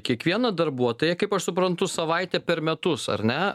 kiekvieną darbuotoją kaip aš suprantu savaitę per metus ar ne